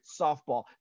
softball